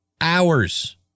hours